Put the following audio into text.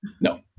No